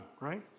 right